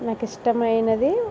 నాకు ఇష్టమైనది